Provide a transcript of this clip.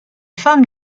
femmes